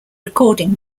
recording